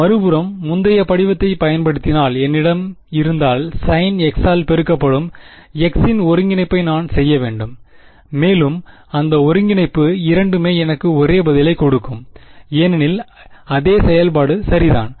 மறுபுறம் முந்தைய படிவத்தைப் பயன்படுத்தினால் என்னிடம் இருந்தால் sin x ஆல் பெருக்கப்படும் x இன் ஒருங்கிணைப்பை நான் செய்ய வேண்டும் மேலும் அந்த ஒருங்கிணைப்பு இரண்டுமே எனக்கு ஒரே பதிலைக் கொடுக்கும் ஏனெனில் அதே செயல்பாடு சரிதான்